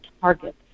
targets